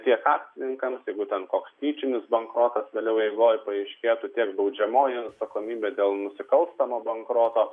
tiek akcininkams jeigu ten koks tyčinis bankrotas vėliau eigoj paaiškėtų tiek baudžiamoji atsakomybė dėl nusikalstamo bankroto